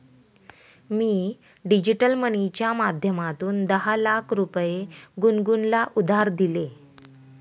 मी digital मनीच्या माध्यमातून दहा लाख रुपये गुनगुनला उधार दिले